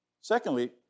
Secondly